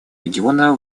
региона